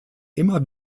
immer